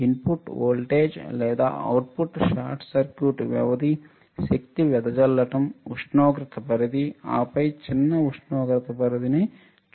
input voltage లేదా output short circuit వ్యవధి శక్తి వెదజల్లడం ఉష్ణోగ్రత పరిధి ఆపై చిన్న ఉష్ణోగ్రత పరిధి చూశాము